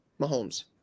mahomes